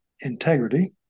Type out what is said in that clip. integrity